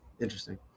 Interesting